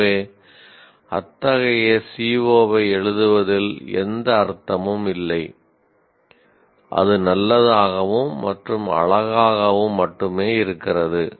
எனவே அத்தகைய CO ஐ எழுதுவதில் எந்த அர்த்தமும் இல்லை அது நல்லதாகவும் மற்றும் அழகாகவும் மட்டுமே இருக்கிறது